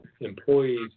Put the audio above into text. employees